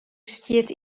stiet